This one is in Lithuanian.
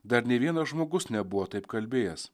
dar nė vienas žmogus nebuvo taip kalbėjęs